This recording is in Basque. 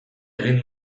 egin